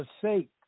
forsake